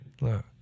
Look